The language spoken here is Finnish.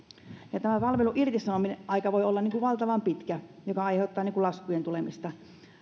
tämän palvelun irtisanomisaika voi olla valtavan pitkä mikä aiheuttaa laskujen tulemista